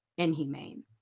inhumane